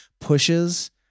pushes